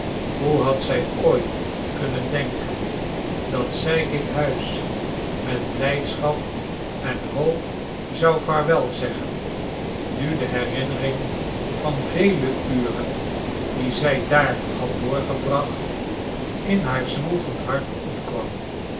hoe had zij ooit kunnen denken dat zij dit huis met blijdschap en hoop zou vaarwel zeggen nu de herinnering van vele uren die zij daar had doorgebracht in haar zwoegend hart opkwam